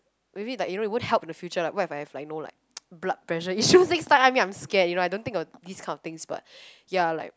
maybe like you know it would help in the future what if I have know like blood pressure issues next time I mean I'm scared I don't think I'll have this kind of thing ya like